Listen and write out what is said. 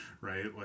right